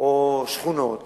או שכונות